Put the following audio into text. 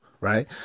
right